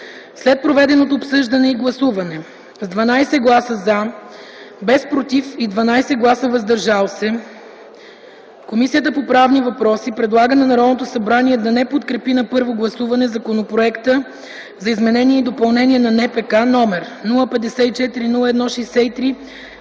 След проведеното обсъждане и гласуване с 12 гласа „за”, без „против” и 12 гласа „въздържал се” Комисията по правни въпроси предлага на Народното събрание да не подкрепи на първо гласуване Законопроект за изменение и допълнение на